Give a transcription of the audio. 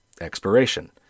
Expiration